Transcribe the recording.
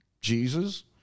Jesus